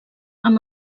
amb